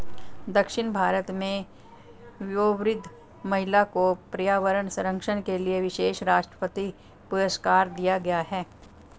दक्षिण भारत में वयोवृद्ध महिला को पर्यावरण संरक्षण के लिए विशेष राष्ट्रपति पुरस्कार दिया गया है